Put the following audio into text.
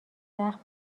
زخم